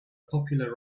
popular